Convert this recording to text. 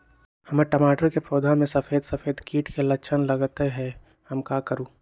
हमर टमाटर के पौधा में सफेद सफेद कीट के लक्षण लगई थई हम का करू?